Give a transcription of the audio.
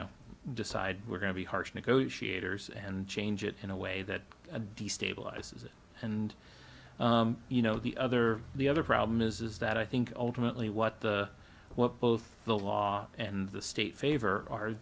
know decide we're going to be harsh negotiators and change it in a way that destabilizes and you know the other the other problem is that i think ultimately what the what both the law and the state favor are